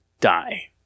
die